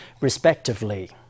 respectively